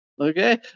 Okay